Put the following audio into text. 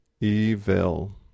Evil